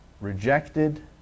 rejected